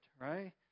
right